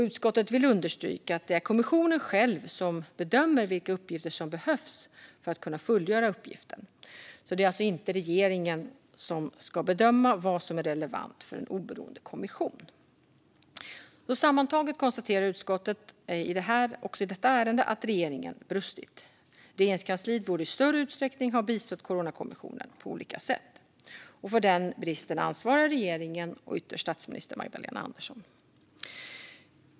Utskottet vill understryka att det är kommissionen själv som bedömer vilka uppgifter som behövs för att fullgöra uppgiften. Det är alltså inte regeringen som ska bedöma vad som är relevant för en oberoende kommission. Sammantaget konstaterar utskottet också i detta ärende att regeringen har brustit. Regeringskansliet borde i större utsträckning ha bistått Coronakommissionen på olika sätt. För den bristen ansvarar regeringen och ytterst statsminister Magdalena Andersson.